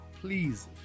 please